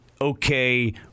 okay